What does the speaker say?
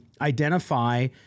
identify